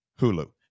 Hulu